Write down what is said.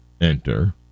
enter